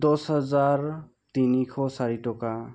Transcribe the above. দহ হাজাৰ তিনিশ চাৰি টকা